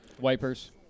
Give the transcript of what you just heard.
Wipers